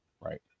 right